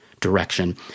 direction